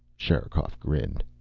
sherikov grinned.